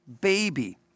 baby